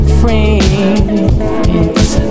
friends